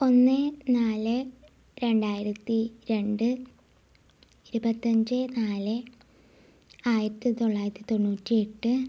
ഒന്ന് നാല് രണ്ടായിരത്തി രണ്ട് ഇരുപത്തഞ്ച് നാല് ആയിരത്തി തൊള്ളായിരത്തി തൊണ്ണൂറ്റി എട്ട്